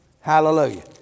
hallelujah